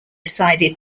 sided